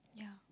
yeah